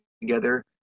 together